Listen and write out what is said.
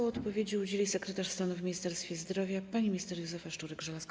Odpowiedzi udzieli sekretarz stanu w Ministerstwie Zdrowia pani minister Józefa Szczurek-Żelazko.